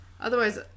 otherwise